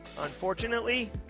unfortunately